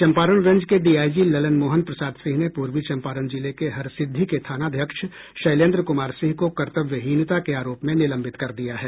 Champaran range के DIG Lalan Mohan Prasad Singh ने पूर्वी चम्पारण जिले के हरसिद्दी के थानाध्यक्ष शैलेन्द्र कुमार सिंह को कर्तव्यहीनता के आरोप में निलंबित कर दिया है